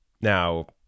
Now